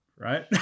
right